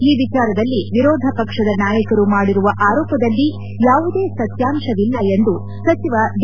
ಈ ವಿಚಾರದಲ್ಲಿ ವಿರೋಧ ಪಕ್ಷದ ನಾಯಕರು ಮಾಡಿರುವ ಆರೋಪದಲ್ಲಿ ಯಾವುದೇ ಸತ್ಯಾಂಶವಿಲ್ಲ ಎಂದು ಸಚಿವ ಡಿ